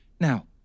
Now